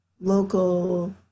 local